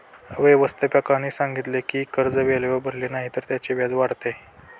व्यवस्थापकाने सांगितले की कर्ज वेळेवर भरले नाही तर त्याचे व्याज वाढते